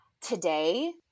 Today